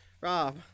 Rob